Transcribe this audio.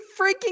freaking